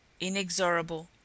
inexorable